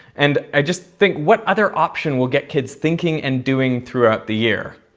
and i just think what other option will get kids thinking and doing throughout the year?